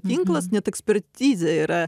tinklas net ekspertizė yra